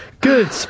good